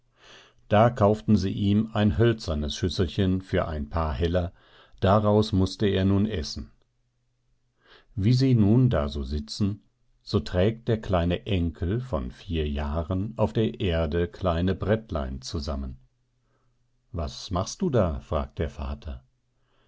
da kauften sie ihm ein hölzernes schüsselchen für ein paar heller daraus mußte er nun essen wie sie nun da so sitzen so trägt der kleine enkel von vier jahren auf der erde kleine brettlein zusammen was machst du da fragt der vater